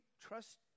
trust